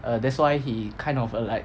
err that's why he kind of err like